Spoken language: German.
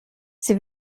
sie